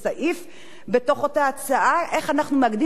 איך אנחנו מאגדים ושומרים על הזכויות האלו.